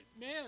Man